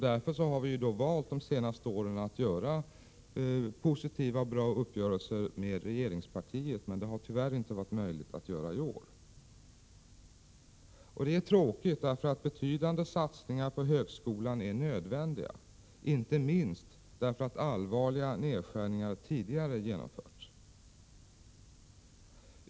Därför har vi de senaste åren valt att göra positiva och bra uppgörelser med regeringspartiet, men det har tyvärr inte varit möjligt att göra det i år. Det är tråkigt, därför att betydande satsningar på högskolan är nödvändiga, inte minst därför att allvarliga nedskärningar tidigare genomförts.